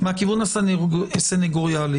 מכיוון הסניגוריה.